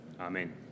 Amen